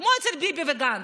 כמו אצל ביבי וגנץ,